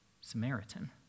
Samaritan